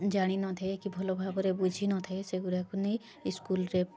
ଜାଣିନଥାଏ କି ଭଲ ଭାବରେ ବୁଝିନଥାଏ ସେଇଗୁଡ଼ାକୁ ନେଇ ଇସ୍କୁଲ୍ରେ